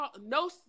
no